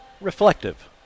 Reflective